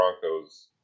Broncos